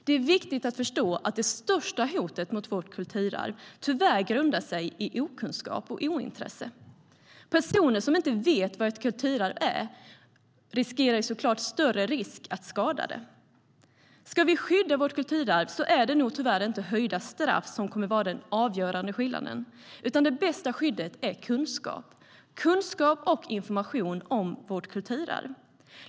Det är viktigt att förstå att det största hotet mot vårt kulturarv tyvärr grundar sig i okunskap och ointresse. Personer som inte vet vad ett kulturarv är löper en högre risk att skada det. Ska vi skydda vårt kulturarv är det tyvärr inte höjda straff som kommer att utgöra den avgörande skillnaden, utan det bästa skyddet är kunskap - kunskap och information om vårt kulturarv.